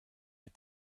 had